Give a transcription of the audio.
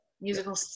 musical